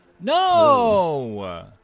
No